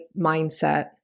mindset